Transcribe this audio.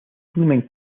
blooming